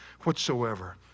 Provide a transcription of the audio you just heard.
whatsoever